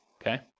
okay